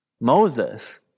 Moses